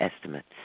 estimates